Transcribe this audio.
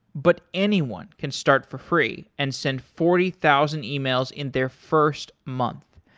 but anyone can start for free and send forty thousand emails in their first month.